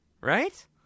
Right